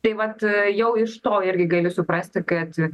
tai vat jau iš to irgi gali suprasti kad